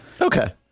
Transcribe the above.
Okay